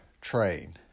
Train